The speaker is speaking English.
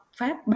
Pháp